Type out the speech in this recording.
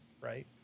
right